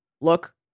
Look